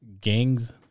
Gangs